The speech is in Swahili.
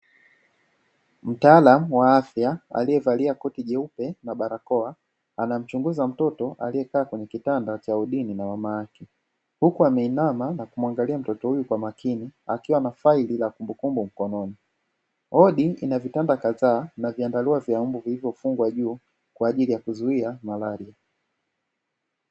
Mtaalamu wa afya aliyevalia koti jeupe na barakoa anamchunguza mtoto aliyekaa kwenye kitanda cha wodini na mama yake, huku ameinama na kumwangalia mtoto huyo kwa makini akiwa na faili la kumbukumbu mkononi. Wodi ina vitanda kadhaa na viandalio vya mbu vilivyofugwa juu kwa ajili ya kuzuia malaria.